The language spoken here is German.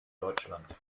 deutschland